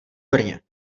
brně